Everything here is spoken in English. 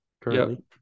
Currently